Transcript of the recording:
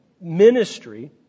ministry